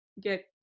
get